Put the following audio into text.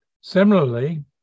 Similarly